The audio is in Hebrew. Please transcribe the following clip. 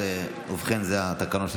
ובכן, זה התקנון.